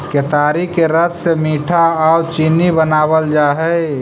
केतारी के रस से मीठा आउ चीनी बनाबल जा हई